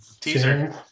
Teaser